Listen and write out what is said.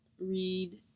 read